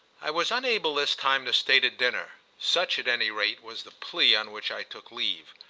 i was unable this time to stay to dinner such at any rate was the plea on which i took leave.